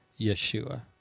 Yeshua